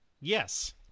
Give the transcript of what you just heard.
Yes